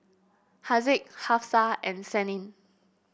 Haziq Hafsa and Senin